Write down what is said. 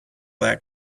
that